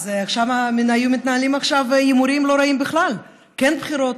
עכשיו היו מתנהלים הימורים לא רעים בכלל: כן בחירות,